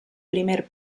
primer